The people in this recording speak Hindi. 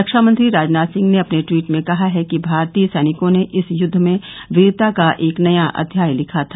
रक्षामंत्री राजनाथ सिंह ने अपने ट्वीट में कहा है कि भारतीय सैनिकों ने इस युद्ध में वीरता का एक नया अध्याय लिखा था